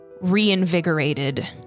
reinvigorated